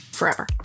forever